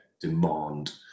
demand